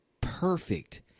perfect